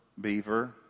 beaver